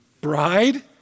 Bride